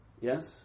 Yes